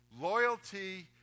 Loyalty